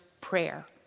prayer